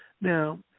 Now